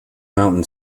mountain